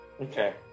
Okay